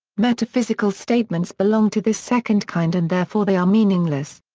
metaphysical statements belong to this second kind and therefore they are meaningless.